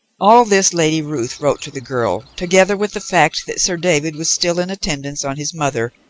all this lady ruth wrote to the girl, together with the fact that sir david was still in attendance on his mother,